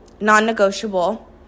non-negotiable